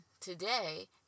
today